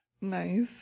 Nice